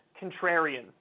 contrarian